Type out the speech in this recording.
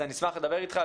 אני אשמח לדבר אתך,